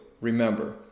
remember